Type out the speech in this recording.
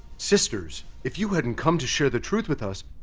sisters, if you hadn't come to share the truth with us,